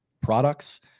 products